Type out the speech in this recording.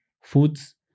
foods